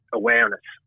awareness